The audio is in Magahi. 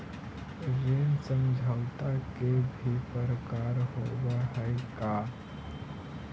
ऋण समझौता के भी प्रकार होवऽ हइ का?